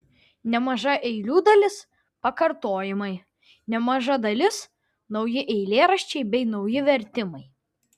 nemaža eilių dalis pakartojimai nemaža dalis nauji eilėraščiai bei nauji vertimai